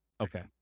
Okay